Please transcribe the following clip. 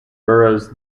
boroughs